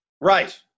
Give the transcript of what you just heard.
Right